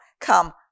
come